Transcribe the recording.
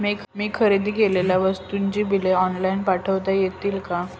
मी खरेदी केलेल्या वस्तूंची बिले ऑनलाइन पाठवता येतील का?